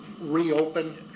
reopen